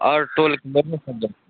आओर टोल